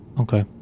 Okay